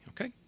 okay